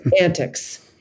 antics